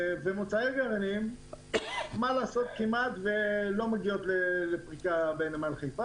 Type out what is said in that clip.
ומוצרי גרעינים כמעט אינם מגיעים לפריקה בנמל חיפה,